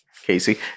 Casey